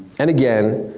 and again,